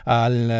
al